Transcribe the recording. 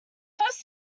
first